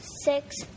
six